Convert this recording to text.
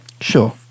Sure